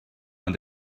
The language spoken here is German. man